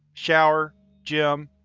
shower, gym,